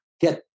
get